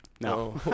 No